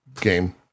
game